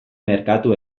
merkatu